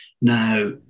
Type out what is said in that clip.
Now